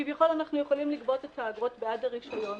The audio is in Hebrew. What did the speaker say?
כביכול אנחנו יכולים לגבות את האגרות בעד הרישיון,